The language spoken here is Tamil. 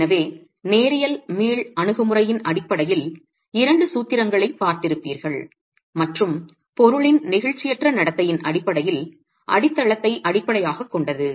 எனவே நேரியல் மீள் அணுகுமுறையின் அடிப்படையில் இரண்டு சூத்திரங்களைப் பார்த்திருப்பீர்கள் மற்றும் பொருளின் நெகிழ்ச்சியற்ற நடத்தையின் அடிப்படையில் அடித்தளத்தை அடிப்படையாகக் கொண்டது